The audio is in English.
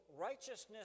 righteousness